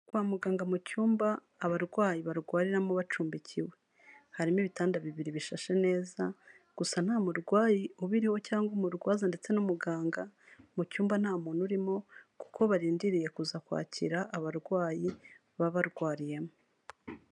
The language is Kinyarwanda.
Kwa muganga mu cyumba abarwayi barwariramo bacumbikiwe. Harimo ibitanda bibiri bishashe neza ,gusa nta murwayi ubiriho cyangwa umurwaza ndetse n'umuganga, mu cyumba nta muntu urimo kuko barindiriye kuza kwakira abarwayi baba barwariyemo.